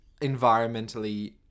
environmentally